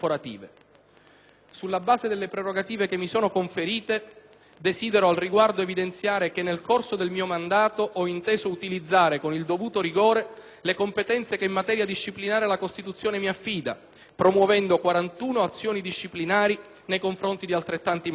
Sulla base delle prerogative che mi sono conferite, desidero al riguardo evidenziare che nel corso del mio mandato ho inteso utilizzare, con il dovuto rigore, le competenze che in materia disciplinare la Costituzione mi affida promuovendo 41 azioni disciplinari nei confronti di altrettanti magistrati.